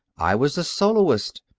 i was the soloist,